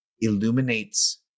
illuminates